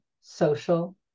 social